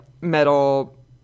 metal